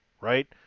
right